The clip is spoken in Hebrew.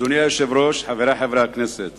חבר הכנסת